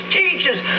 teachers